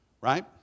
Right